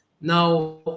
Now